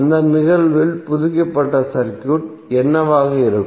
அந்த நிகழ்வில் புதுப்பிக்கப்பட்ட சர்க்யூட் என்னவாக இருக்கும்